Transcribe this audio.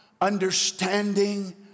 understanding